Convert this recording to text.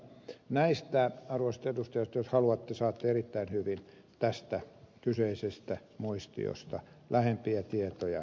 näistä arvoisat edustajat jos haluatte saatte erittäin hyvin tästä kyseisestä muistiosta lähempiä tietoja